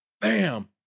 bam